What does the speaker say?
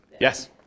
Yes